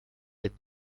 est